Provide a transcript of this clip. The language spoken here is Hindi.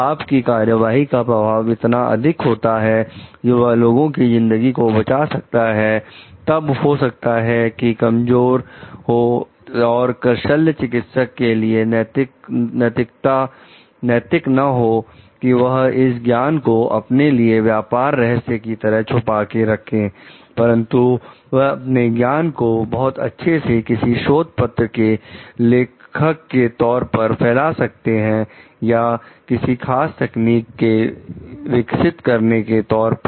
आप की कार्यवाही का प्रभाव इतना अधिक होता है कि वह लोगों की जिंदगी को बचा सकता है तब हो सकता है कि कमजोर हो और शल्य चिकित्सक के लिए नैतिक ना हो कि वह इस ज्ञान कोअपने लिए व्यापार रहस्य की तरह छुपा के रखे परंतु वह अपने ज्ञान को बहुत अच्छे से किसी शोध पत्र के लेखक के तौर पर फैला सकती है या किसी खास तकनीक के विकास करता के तौर पर